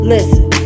Listen